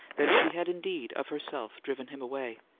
then she had indeed of herself driven him away,